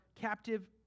captive